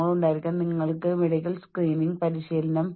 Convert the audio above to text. ഞാൻ ഉദ്ദേശിച്ചത് ഒരു തോക്ക് എടുത്ത് മറ്റൊരു മനുഷ്യനെ വെടിവയ്ക്കുക